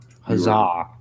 Huzzah